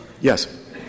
Yes